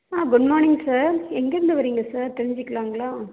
good morning sir எங்கேருந்து வரிங்க sir தெரிஞ்சிக்கலாங்களா